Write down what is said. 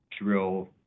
drill